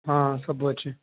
ହଁ ସବୁ ଅଛି